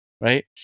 right